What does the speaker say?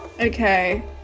Okay